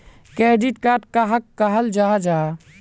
Credit card कहाक कहाल जाहा जाहा?